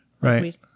Right